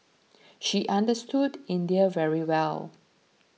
she understood India very well